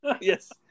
Yes